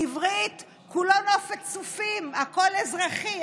בעברית כולו נופת צופת, הכול אזרחי.